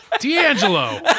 D'Angelo